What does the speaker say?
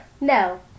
No